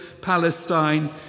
Palestine